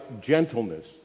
gentleness